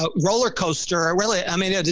but rollercoaster or really, i mean, yeah but